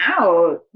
out